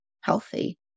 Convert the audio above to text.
healthy